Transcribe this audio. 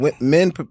men